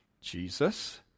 Jesus